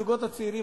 הזוגות הצעירים,